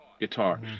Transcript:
guitar